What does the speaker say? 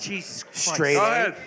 straight